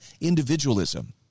individualism